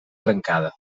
trencada